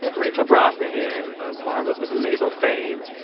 and rachel brosnahan, of marvelous mrs. maisel fame.